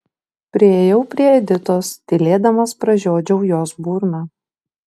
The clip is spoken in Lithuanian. priėjau prie editos tylėdamas pražiodžiau jos burną